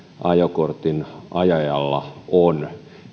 ajokortin ajajalla on